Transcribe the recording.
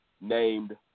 named